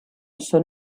són